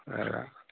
এৰা